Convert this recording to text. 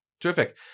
Terrific